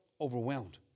overwhelmed